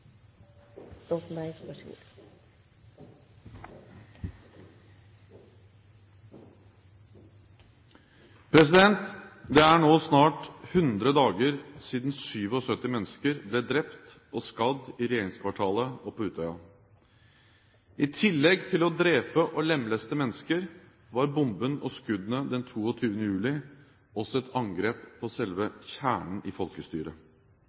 nå snart 100 dager siden 77 mennesker ble drept og skadd i regjeringskvartalet og på Utøya. I tillegg til å drepe og lemleste mennesker var bomben og skuddene den 22. juli også et angrep på selve kjernen i folkestyret: